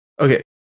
Okay